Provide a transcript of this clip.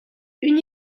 une